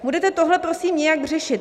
Budete tohle, prosím, nějak řešit?